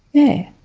yeah.